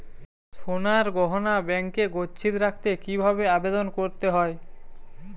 সোনার গহনা ব্যাংকে গচ্ছিত রাখতে কি ভাবে আবেদন করতে হয়?